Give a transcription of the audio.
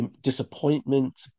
disappointment